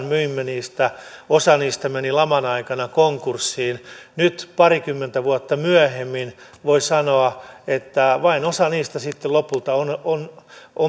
myimme niistä osa niistä meni laman aikana konkurssiin nyt parikymmentä vuotta myöhemmin voi sanoa että vain osa niistä sitten lopulta on